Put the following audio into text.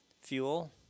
fuel